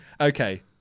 Okay